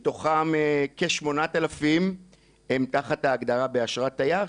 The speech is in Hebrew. מתוכם כ-8,000 הם תחת ההגדרה של אשרת תייר,